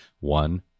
one